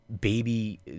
baby